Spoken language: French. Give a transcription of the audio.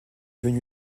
venu